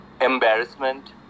Embarrassment